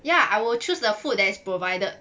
ya I will choose the food that is provided